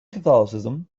catholicism